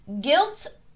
guilt